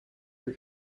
your